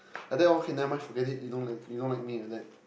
like that okay never mind forget it you don't like you don't like me like that